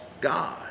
God